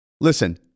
listen